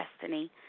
destiny